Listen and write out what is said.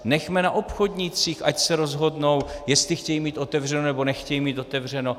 Nechme na obchodnících, ať se rozhodnou, jestli chtějí mít otevřeno, nebo nechtějí mít otevřeno.